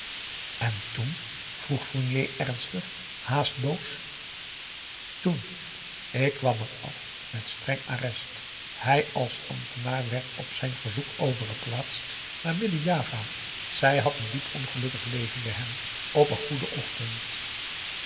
en toen vroeg fournier ernstig haast boos toen ik kwam er af met streng arrest hij als ambtenaar werd op zijn verzoek overgeplaatst naar midden-java zij had een diep ongelukkig leven bij hem op een goeden ochtend